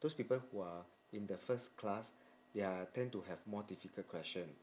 those people who are in the first class they are tend to have more difficult question